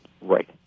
Right